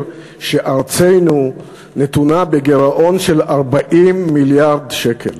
שארצנו נתונה בגירעון של 40 מיליארד שקל.